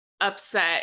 upset